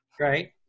Right